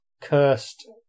cursed